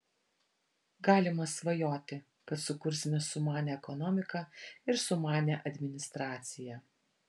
galima svajoti kad sukursime sumanią ekonomiką ir sumanią administraciją